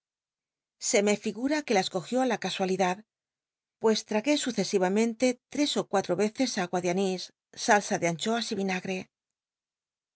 se me figura que las cogió á la casualidad pues tragué sucesivamente tres ó cuatro veces agua de anís salsa de anchoas y vinagre